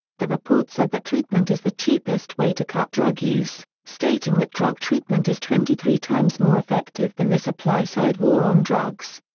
the report said that treatment is the cheapest way to cut drug use, stating that drug treatment is twenty-three times more effective than the supply-side war on drugs.